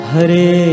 Hare